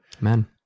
Amen